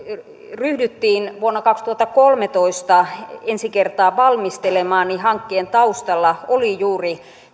ryhdyttiin vuonna kaksituhattakolmetoista ensi kertaa valmistelemaan niin hankkeen taustalla oli juuri